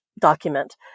document